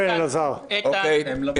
אלעזר, בבקשה.